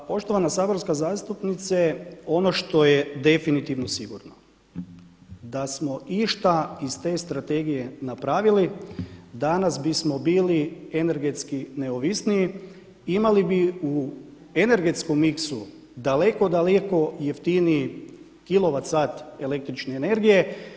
Pa poštovana saborska zastupnice, ono što je definitivno sigurno, da smo išta iz te strategije napravili danas bismo bili energetski neovisniji, imali bi u energetskom mixu daleko, daleko jeftiniji KW električne energije.